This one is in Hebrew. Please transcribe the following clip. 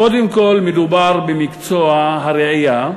קודם כול, מדובר במקצוע הרעייה,